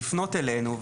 לפנות אלינו,